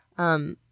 i'm